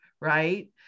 right